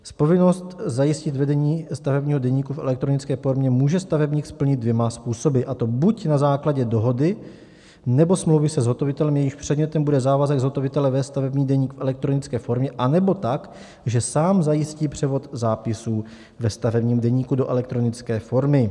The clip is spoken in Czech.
Povinnost zajistit vedení stavebního deníku v elektronické formě může stavebník splnit dvěma způsoby, a to buď na základě dohody, nebo smlouvy se zhotovitelem, jejímž předmětem bude závazek zhotovitele vést stavební deník v elektronické formě, anebo tak, že sám zajistí převod zápisů ve stavebním deníku do elektronické formy.